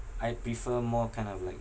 I prefer more kind of like